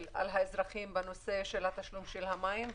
על האזרחים בנושא של התשלום של המים,